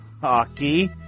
Hockey